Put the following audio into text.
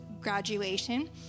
graduation